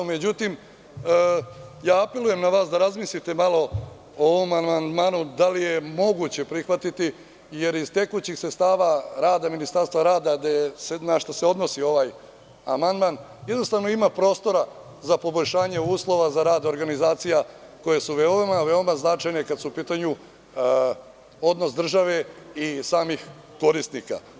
Međutim, apelujem na vas da razmislite malo o ovom amandmanu, da li je moguće prihvatiti jer iz tekućih sredstava rada Ministarstva rada, na šta se odnosi ovaj amandman, ima prostora za poboljšanje uslova za rad organizacija koje su veoma značajne kada su u pitanju odnos države i korisnika.